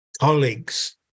colleagues